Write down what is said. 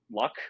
luck